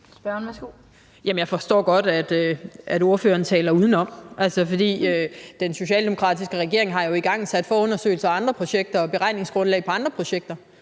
jeg forstår godt, at ordføreren taler udenom, for den socialdemokratiske regering har jo igangsat forundersøgelser af andre projekter og opdateret beregningsgrundlaget på andre projekter.